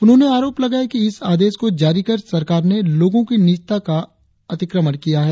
उन्होंने आरोप लगाया कि इस आदेश को जारी कर सरकार ने लोगों की निजता का अतिक्रमण किया है